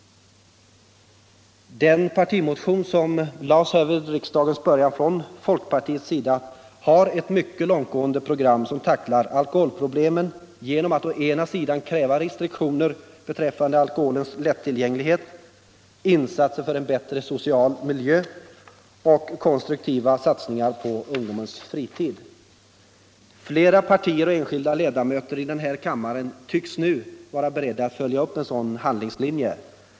Den partimotion som väcktes vid riksdagens början från folkpartiets sida har ett mycket långtgående program som tacklar alkoholproblemen genom att kräva restriktioner beträffande alkoholens lättillgänglighet, insatser för en bättre social miljö och konstruktiva satsningar på ungdomens fritid. Flera partier och enskilda ledamöter i denna kammare tycks nu vara beredda att följa upp en sådan handlingslinje.